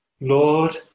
Lord